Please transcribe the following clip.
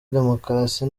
demokarasi